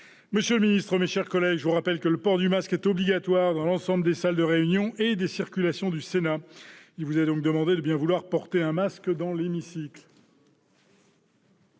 Monsieur le ministre, mes chers collègues, je vous rappelle que le port du masque est obligatoire dans l'ensemble des salles de réunion et des circulations du Sénat. Il vous est donc demandé de bien vouloir en porter un dans l'hémicycle.